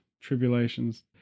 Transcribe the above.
Tribulations